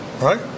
right